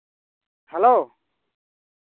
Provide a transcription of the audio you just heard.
hello